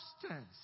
substance